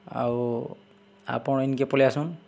ଆଉ ଆପଣ୍ ଇନ୍କେ ପଲେଇ ଆସୁନ୍